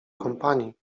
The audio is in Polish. kompanii